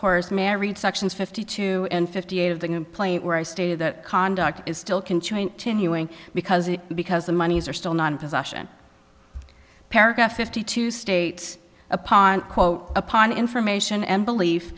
scores married sections fifty two and fifty eight of the complaint where i stated that conduct is still can to new ng because it because the monies are still non possession paragraph fifty two states upon quote upon information and belief